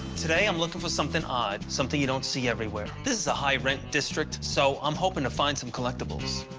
today i'm looking for something odd, something you don't see everywhere. this is a high-rent district, so i'm hoping to find some collectibles.